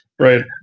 Right